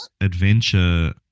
adventure